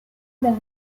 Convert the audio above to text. del